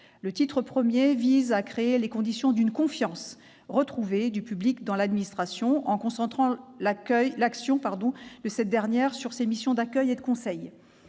Le titre I vise à créer les conditions d'une confiance retrouvée du public dans l'administration en concentrant l'action de cette dernière sur ses missions d'accueil et de conseil.